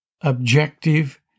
objective